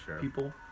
people